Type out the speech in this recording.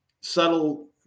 subtle